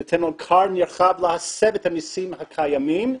זה נותן כר נרחב להסב את המסים הקיימים.